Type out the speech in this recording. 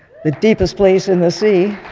the deepest place in the sea